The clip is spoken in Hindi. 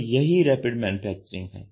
तो यही रैपिड मैन्युफैक्चरिंग है